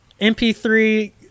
MP3